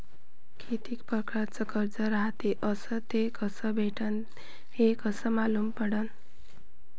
कितीक परकारचं कर्ज रायते अस ते कस भेटते, हे कस मालूम पडनं?